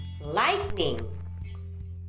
lightning